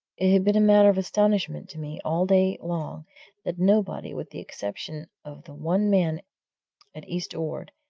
it had been a matter of astonishment to me all day long that nobody, with the exception of the one man at east ord,